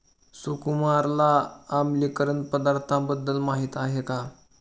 सुकुमारला आम्लीकरण पदार्थांबद्दल माहिती आहे का?